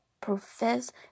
profess